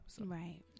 Right